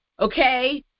Okay